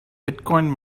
bitcoin